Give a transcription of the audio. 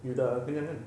you sudah kenyang kan